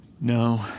No